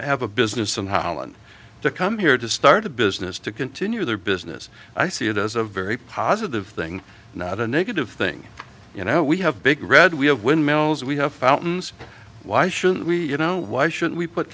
have a business in holland to come here to start a business to continue their business i see it as a very positive thing not a negative thing you know we have big red we have windmills we have fountains why shouldn't we you know why should we put